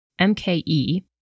MKE